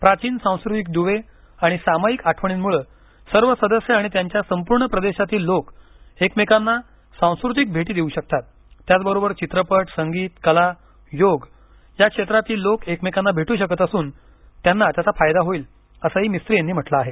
प्राचीन सांस्कृतिक दुवे आणि सामायिक आठवणींमुळे सर्व सदस्य आणि त्यांच्या संपूर्ण प्रदेशातील लोक एकमेकांना सांस्कृतिक भेटी देऊ शकतात त्याचबरोबर चित्रपट संगीत कला योग क्षेत्रातील लोक एकमेकांना भेटू शकत असून त्यांना त्याचा फायदा होईल असंही मिस्री यांनी म्हटलं आहे